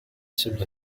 similar